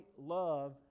love